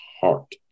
heart